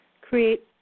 create